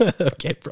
Okay